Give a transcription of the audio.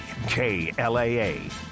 KLAA